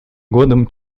годом